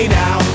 now